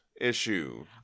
issue